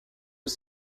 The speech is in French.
aux